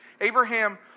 Abraham